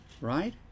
Right